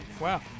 wow